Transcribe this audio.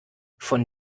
von